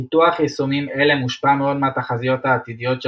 פיתוח יישומים אלה מושפע מאוד מהתחזיות העתידיות של